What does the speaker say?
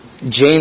James